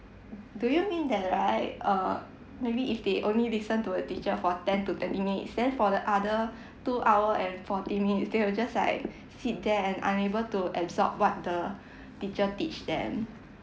do you mean that right err maybe if they only listen to a teacher for ten to thirty minutes then for the other two hour and forty minutes they will just like sit there and unable to absorb what the teacher teach then